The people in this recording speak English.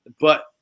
but-